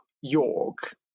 York